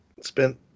spent